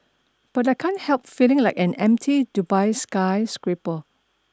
but I can't help feeling like an empty Dubai skyscraper